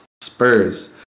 Spurs